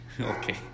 Okay